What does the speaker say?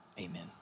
Amen